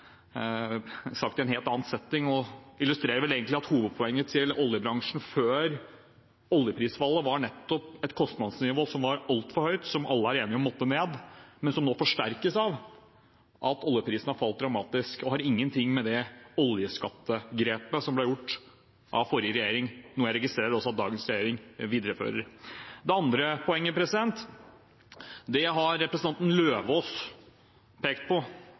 sagt i en helt annen setting og illustrerer vel egentlig at hovedpoenget til oljebransjen før oljeprisfallet var nettopp et kostnadsnivå som var altfor høyt, som alle var enige om måtte ned, men som nå forsterkes av at oljeprisen har falt dramatisk. Det har ingenting med det oljeskapte grepet som ble gjort av forrige regjering, noe jeg registrerer at også dagens regjering viderefører. Det andre poenget har representanten Eidem Løvaas pekt på